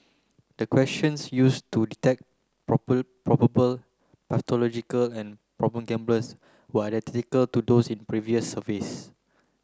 the questions use to detect probable pathological and problem gamblers were to those in previous surveys